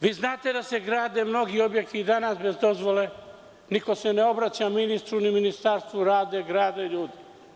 Vi znate da se grade mnogi objekti i danas bez dozvole, niko se ne obraća ministru ni ministarstvu, rade, grade ljudi.